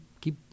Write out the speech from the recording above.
keep